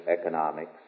economics